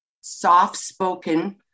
soft-spoken